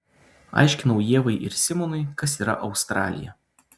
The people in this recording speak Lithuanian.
aiškinau ievai ir simonui kas yra australija